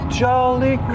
jolly